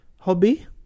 Hobby